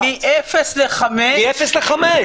מאפס לחמישה --- מאפס לחמישה.